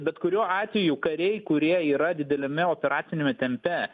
bet kuriuo atveju kariai kurie yra dideliame operaciniame tempe